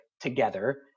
together